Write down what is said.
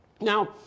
Now